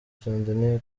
tanzania